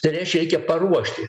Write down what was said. tai reiškia paruošti